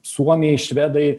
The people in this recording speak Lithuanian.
suomiai švedai